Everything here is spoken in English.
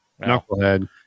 knucklehead